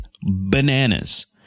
bananas